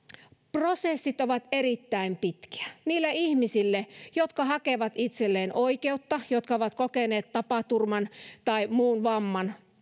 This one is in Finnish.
prosessit ovat erittäin pitkiä niille ihmisille jotka hakevat itselleen oikeutta ja jotka ovat kokeneet tapaturman tai muun vamman